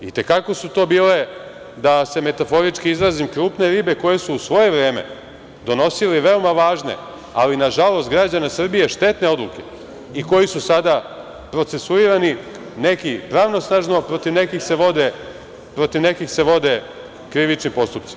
Itekako su to bile, da se metaforički izrazim, krupne ribe koje su u svoje vreme donosile veoma važne, ali na žalost građana Srbije, štetne odluke i koji su sada procesuirani, neki pravosnažno, a protiv nekih se vode krivični postupci.